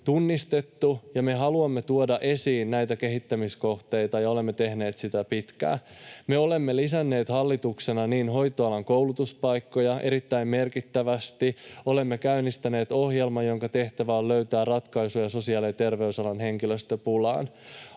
tunnistettu, ja me haluamme tuoda esiin näitä kehittämiskohteita ja olemme tehneet sitä pitkään. Me olemme lisänneet hallituksena hoitoalan koulutuspaikkoja erittäin merkittävästi. Olemme käynnistäneet ohjelman, jonka tehtävä on löytää ratkaisuja sosiaali- ja terveysalan henkilöstöpulaan.